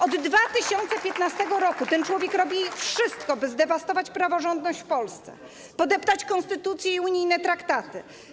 Od 2015 r. ten człowiek robi wszystko, by zdewastować praworządność w Polsce, podeptać konstytucję i unijne traktaty.